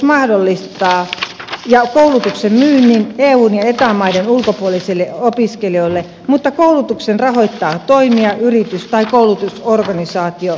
tilauskoulutus mahdollistaa jo koulutuksen myynnin eun ja eta maiden ulkopuolisille opiskelijoille mutta koulutuksen rahoittaa toimija yritys tai koulutusorganisaatio